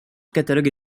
catalogue